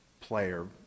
player